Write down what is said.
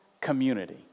community